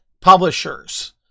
publishers